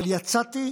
אבל יצאתי